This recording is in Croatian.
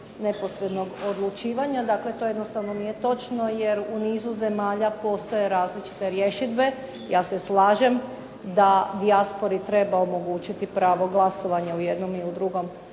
neposrednog odlučivanja. Dakle, to jednostavno nije točno jer u nizu zemalja postoje različite rješidbe. Ja se slažem da dijaspori treba omogućiti pravo glasovanja u jednom i u drugom